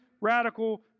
radical